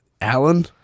Alan